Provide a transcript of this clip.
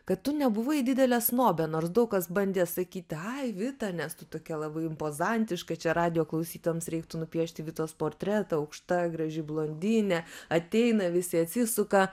kad tu nebuvai didelė snobė nors daug kas bandė sakyt ai vita nes tu tokia labai impozantiška čia radijo klausytojams reiktų nupiešti vitos portretą aukšta graži blondinė ateina visi atsisuka